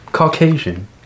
Caucasian